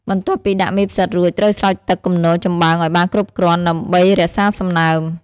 បន្ទាប់ពីដាក់មេផ្សិតរួច ត្រូវស្រោចទឹកគំនរចំបើងឲ្យបានគ្រប់គ្រាន់ ដើម្បីរក្សាសំណើម។